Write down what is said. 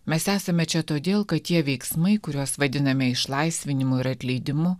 mes esame čia todėl kad tie veiksmai kuriuos vadiname išlaisvinimu ir atleidimu